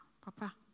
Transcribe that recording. Papa